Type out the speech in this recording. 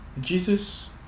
Jesus